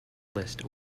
list